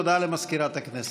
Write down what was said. הודעה למזכירת הכנסת.